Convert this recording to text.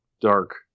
Dark